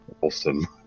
Awesome